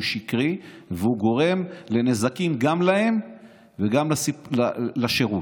והוא שקרי וגורם נזקים גם להם וגם לשירות.